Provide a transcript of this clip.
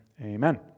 Amen